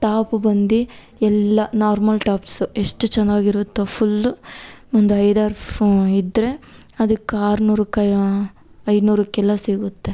top ಬಂದು ಎಲ್ಲ normal tops ಎಷ್ಟು ಚೆನ್ನಾಗಿರುತ್ತೊ ಫುಲ್ ಒಂದು ಐದಾರು ಇದ್ದರೆ ಅದ್ಕೆ ಆರ್ನೂರಕ್ಕೆ ಐನೂರಕ್ಕೆಲ್ಲ ಸಿಗುತ್ತೆ